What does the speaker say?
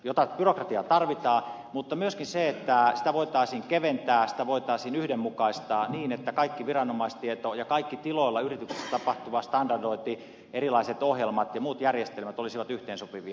sitä byrokratiaa tarvitaan mutta myöskin sitä voitaisiin keventää sitä voitaisiin yhdenmukaistaa niin että kaikki viranomaistieto kaikki tiloilla yrityksissä tapahtuva standardointi erilaiset ohjelmat ja muut järjestelmät olisivat yhteensopivia